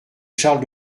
charles